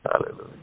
Hallelujah